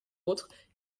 autres